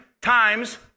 times